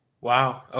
Wow